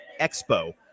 Expo